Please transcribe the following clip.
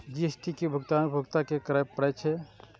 GST के भुगतान उपभोक्ता कें करय पड़ै छै